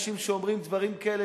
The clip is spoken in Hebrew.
אנשים שאומרים דברים כאלה,